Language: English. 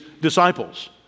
disciples